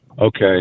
Okay